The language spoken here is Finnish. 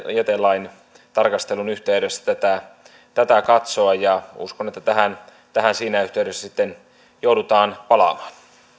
jätelain tarkastelun yhteydessä tätä tätä katsoa ja uskon että tähän tähän siinä yhteydessä sitten joudutaan palaamaan